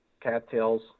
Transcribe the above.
cattails